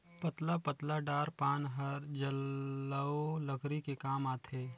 पतला पतला डार पान हर जलऊ लकरी के काम आथे